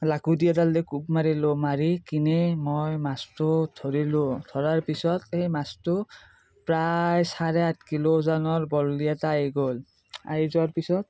লাখুটি এডাল দি কোব মাৰিলোঁ মাৰি কিনি মই মাছটো ধৰিলোঁ ধৰাৰ পিছত সেই মাছটো প্ৰায় চাৰে আঠ কিলো ওজনৰ বৰালি এটা আহি গ'ল আহি যোৱাৰ পিছত